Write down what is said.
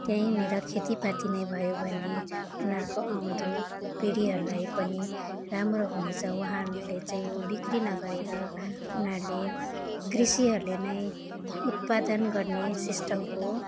त्यहीँनिर खेतीपाती नै भयो भने उनीहरूको आउँदो पिँढीहरूलाई पनि राम्रो हुनेछ उहाँहरूले चाहिँ बिक्री नगरेर उनीहरूले कृषिहरूले नै उत्पादन गर्ने सिस्टमको